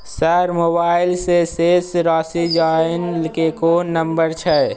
Sir mobile से शेस राशि जानय ल कोन नंबर छै?